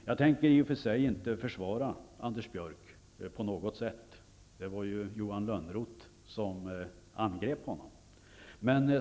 Jag försvarar inte Anders Björck på något sätt -- det var ju Johan Lönnroth som angrep honom.